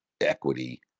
equity